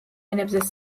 ენებზე